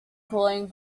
cooling